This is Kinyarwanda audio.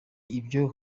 ibyo